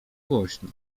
głośno